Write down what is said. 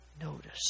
notice